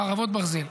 חרבות ברזל.